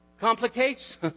complicates